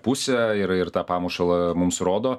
pusę ir ir tą pamušalą mums rodo